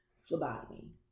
phlebotomy